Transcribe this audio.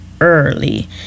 early